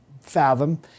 fathom